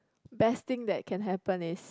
best thing that can happen is